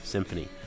Symphony